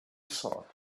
thought